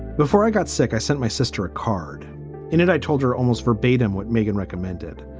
before i got sick, i sent my sister a card in it. i told her almost verbatim what megan recommended.